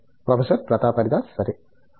professor Pratap Haridas సరే